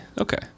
Okay